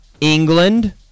England